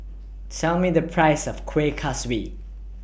Tell Me The Price of Kueh Kaswi